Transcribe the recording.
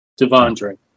Devondre